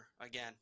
again